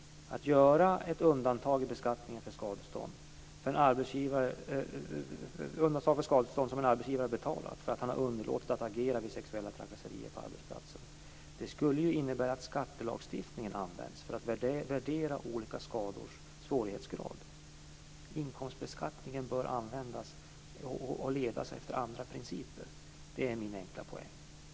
Att göra ett undantag i beskattningen för skadestånd som en arbetsgivare har betalat för att han har underlåtit att agera vid sexuella trakasserier på arbetsplatsen skulle innebära att skattelagstiftningen används för att värdera olika skadors svårighetsgrad. Inkomstbeskattningen bör ledas efter andra principer. Det är min enkla poäng.